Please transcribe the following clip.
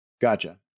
Gotcha